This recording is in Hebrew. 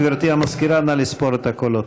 גברתי המזכירה, נא לספור את הקולות.